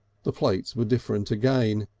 the plates were different again,